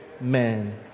amen